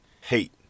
hate